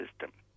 system